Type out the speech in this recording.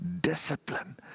discipline